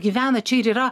gyvena čia ir yra